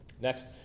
next